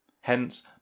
hence